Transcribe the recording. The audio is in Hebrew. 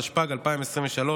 התשפ"ג 2023,